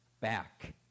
back